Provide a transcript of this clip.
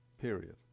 Period